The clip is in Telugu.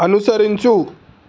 అనుసరించు